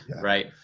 Right